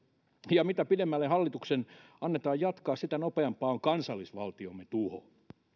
ja mitä pidemmälle hallituksen annetaan jatkaa sitä nopeampaa on kansallisvaltiomme tuho